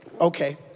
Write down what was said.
okay